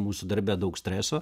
mūsų darbe daug streso